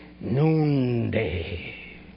noonday